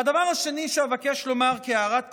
והדבר השני שאבקש לומר כהערת פתיחה,